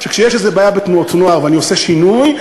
שכשיש איזו בעיה בתנועות נוער ואני עושה שינוי,